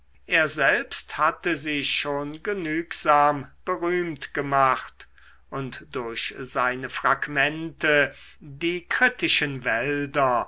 er selbst hatte sich schon genugsam berühmt gemacht und durch seine fragmente die kritischen wälder